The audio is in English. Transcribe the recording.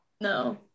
No